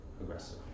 aggressive